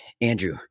Andrew